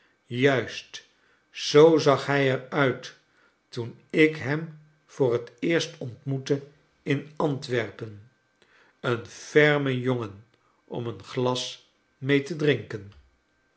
juist zoo zag hij er uit toen ik hem voor het eerst ontmoette in antwerpen een f erme jongen om een glas mee te drinken